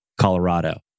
Colorado